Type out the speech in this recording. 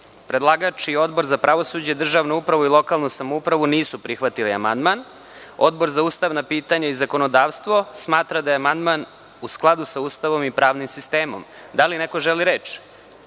Pavićević. Predlagač i Odbor za pravosuđe, državnu upravu i lokalnu samoupravu nisu prihvatili amandman. Odbor za ustavna pitanja i zakonodavstvo smatra da je amandman u skladu sa Ustavom i pravnim sistemom. Da li neko želi reč? Reč